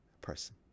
person